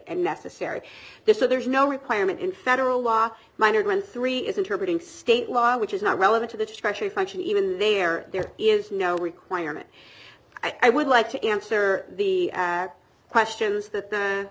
and necessary there so there is no requirement in federal law minor when three is interpreting state law which is not relevant to the treasury function even there there is no requirement i would like to answer the questions that the